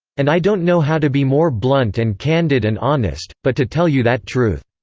and i don't know how to be more blunt and candid and honest, but to tell you that truth.